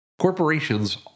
Corporations